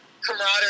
camaraderie